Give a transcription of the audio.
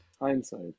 hindsight